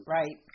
right